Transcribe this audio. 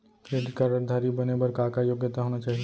Credit card धारी बने बर का का योग्यता होना चाही?